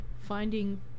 finding